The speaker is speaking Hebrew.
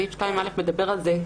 סעיף 2 א מדבר על זה,